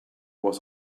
was